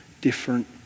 different